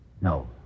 No